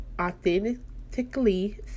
authentically